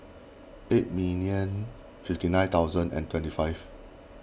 eight million fifty nine thousand and twenty five